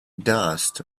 dust